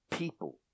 People